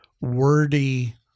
wordy